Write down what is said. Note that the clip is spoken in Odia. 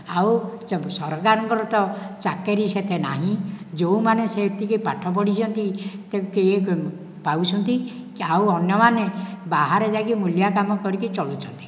ଆଉ ସରକାରଙ୍କତ ଚାକିରି ସେତେ ନାହିଁ ଯେଉଁମାନେ ସେତିକି ପାଠ ପଢ଼ିଛନ୍ତିତ ତ କିଏ ପାଉଛନ୍ତି ଆଉ ଅନ୍ୟ ମାନେ ବାହାରେ ଯାଇକି ମୂଲିଆ କାମ କରିକି ଚଳୁଛନ୍ତି